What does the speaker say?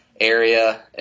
area